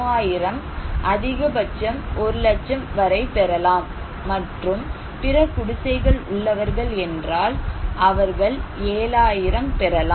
3000 அதிகபட்சம் 1 லட்சம் வரை பெறலாம் மற்றும் பிற குடிசைகள் உள்ளவர்கள் என்றால் அவர்கள் 7000 பெறலாம்